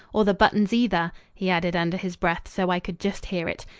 or the buttons, either, he added under his breath so i could just hear it.